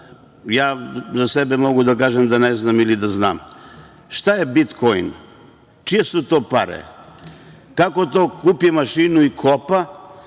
ja za sebe mogu da kažem da ne znam ili da znam, šta je bitkoin? Čije su to pare? Kako to kupi mašinu i kopa